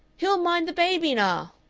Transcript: who'll mind the baby nar?